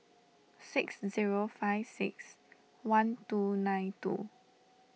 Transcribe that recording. six zero five six one two nine two